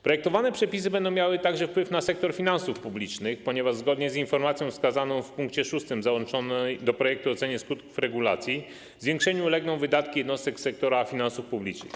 Projektowane przepisy będą miały także wpływ na sektor finansów publicznych, ponieważ zgodnie z informacją wskazaną w pkt 6 załączonej do projektu oceny skutków regulacji zwiększeniu ulegną wydatki jednostek sektora finansów publicznych.